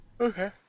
Okay